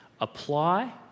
apply